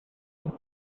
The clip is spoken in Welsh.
hwn